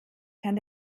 kann